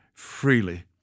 freely